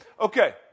Okay